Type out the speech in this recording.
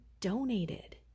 donated